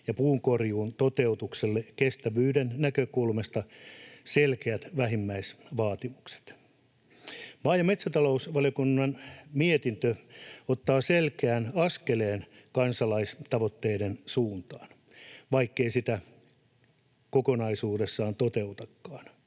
ja puunkorjuun toteutukselle kestävyyden näkökulmasta selkeät vähimmäisvaatimukset. Maa- ja metsätalousvaliokunnan mietintö ottaa selkeän askeleen kansalaisaloitteen tavoitteiden suuntaan, vaikkei sitä kokonaisuudessaan toteutakaan.